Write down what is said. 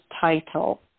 title